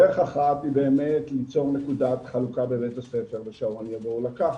דרך אחת היא באמת ליצור נקודת חלוקה בבית הספר ושההורים יבואו לקחת,